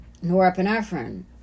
norepinephrine